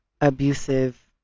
abusive